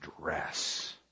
dress